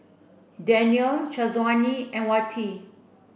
Daniel Syazwani and Wati